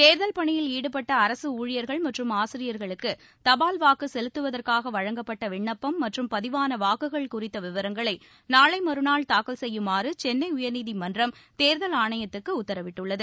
தேர்தல் பணியில் ஈடுபட்ட அரசு ஊழியர்கள் மற்றும் ஆசிரியர்களுக்கு தபால் வாக்கு செலுத்துவதற்காக வழங்கப்பட்ட விண்ணப்பம் மற்றும் பதிவான வாக்குகள் குறித்த விவரங்களை நாளை மறுநாள் தாக்கல் செய்யுமாறு சென்னை உயர்நிதிமன்றம் தேர்தல் ஆணையத்துக்கு உத்தரவிட்டுள்ளது